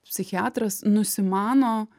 psichiatras nusimano